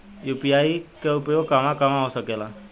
UPI के उपयोग कहवा कहवा हो सकेला?